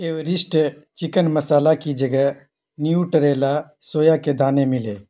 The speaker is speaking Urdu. ایوریسٹ چکن مصالحہ کی جگہ نیوٹریلا سویا کے دانے ملے